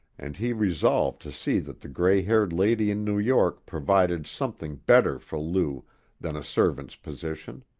and he resolved to see that the gray-haired lady in new york provided something better for lou than a servant's position.